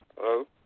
Hello